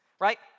right